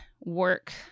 work